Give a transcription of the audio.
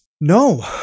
No